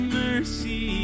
mercy